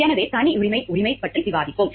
எனவே தனியுரிமை உரிமை பற்றி விவாதிப்போம்